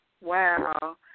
Wow